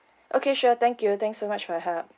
okay sure thank you thanks so much for your help